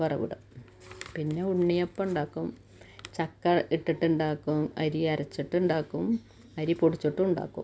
വറവിടും പിന്നെ ഉണ്ണിയപ്പമുണ്ടാക്കും ചക്ക ഇട്ടിട്ടുണ്ടാക്കും അരിയരച്ചിട്ടുണ്ടാക്കും അരി പൊടിച്ചിട്ടുവുണ്ടാക്കും